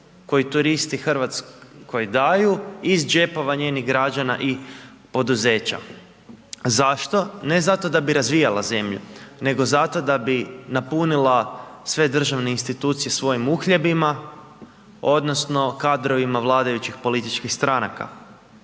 koji turisti daju iz džepova njenih građana i poduzeća. Zašto? Ne zato da bi razvijala zemlju, nego zato da bi napunila sve državne institucije svojim uhljebima odnosno kadrovima vladajućih političkih stranaka.